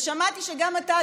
ושמעתי שגם אתה,